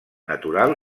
natural